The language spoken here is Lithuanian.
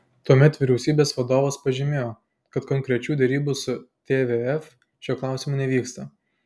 tuomet vyriausybės vadovas pažymėjo kad konkrečių derybų su tvf šiuo klausimu nevyksta